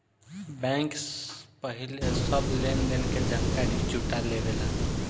bank पहिले सब लेन देन के जानकारी जुटा लेवेला